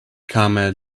camel